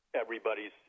everybody's